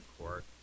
Court